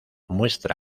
muestra